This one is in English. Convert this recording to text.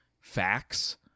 facts